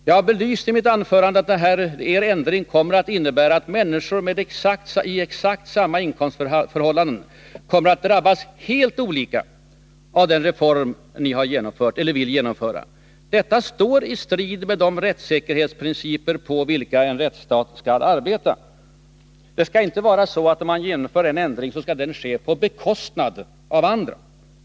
Jag har belyst i mitt tidigare anförande att er ändring kommer att innebära att människor i exakt samma inkomstförhållanden kommer att drabbas helt olika av den reform ni vill genomföra. Detta står i strid med de rättssäkerhetsprinciper enligt vilka en rättsstat skall arbeta. Det skall inte vara så att om man genomför en ändring skall den ske på bekostnad av andra.